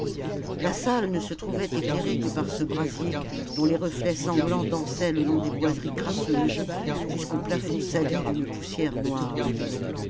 la salle ne se trouvait éclairée que par ce brasier dont les reflets sanglants dansaient le long des boiseries crasseuses jusqu'au plafond sali d'une poussière noire